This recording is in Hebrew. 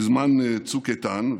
בזמן צוק איתן,